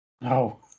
No